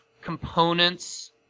components